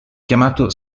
chiamato